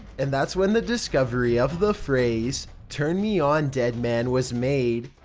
and that's when the discovery of the phrase, turn me on, dead man, was made.